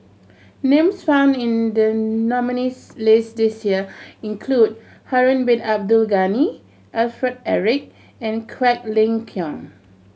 names found in the nominees' list this year include Harun Bin Abdul Ghani Alfred Eric and Quek Ling Kiong